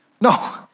No